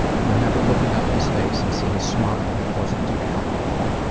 i remember looking up at his face and seeing a smile that wasn't due to alcohol.